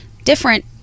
different